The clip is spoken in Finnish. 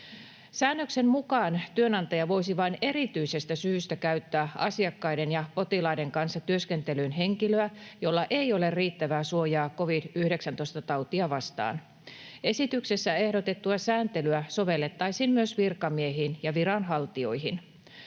Säännöksen mukaan työnantaja voisi vain erityisestä syystä käyttää asiakkaiden ja potilaiden kanssa työskentelyyn henkilöä, jolla ei ole riittävää suojaa covid-19-tautia vastaan. Esityksessä ehdotettua sääntelyä sovellettaisiin myös virkamiehiin ja viranhaltijoihin.